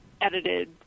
edited